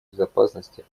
безопасности